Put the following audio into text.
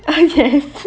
ah yes